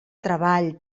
treball